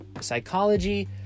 psychology